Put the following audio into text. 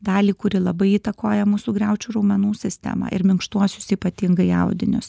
dalį kuri labai įtakoja mūsų griaučių raumenų sistemą ir minkštuosius ypatingai audinius